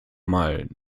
mal